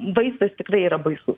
vaizdas tikrai yra baisus